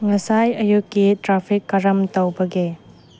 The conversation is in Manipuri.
ꯉꯁꯥꯏ ꯑꯌꯨꯛꯀꯤ ꯇ꯭ꯔꯥꯐꯤꯛ ꯀꯔꯝ ꯇꯧꯕꯒꯦ